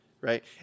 right